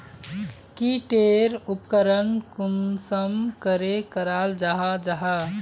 की टेर उपकरण कुंसम करे कराल जाहा जाहा?